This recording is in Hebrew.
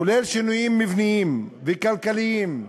כולל שינויים מבניים וכלכליים,